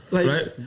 Right